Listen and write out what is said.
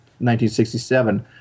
1967